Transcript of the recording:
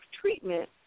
treatment